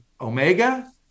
Omega